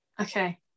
Okay